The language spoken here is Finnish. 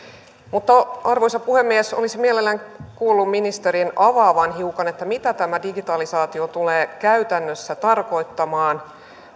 mutta arvoisa puhemies olisin mielelläni kuullut ministerin avaavan hiukan mitä tämä digitalisaatio tulee käytännössä tarkoittamaan